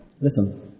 listen